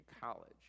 college